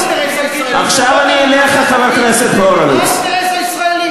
מה האינטרס הישראלי?